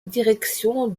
direction